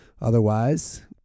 Otherwise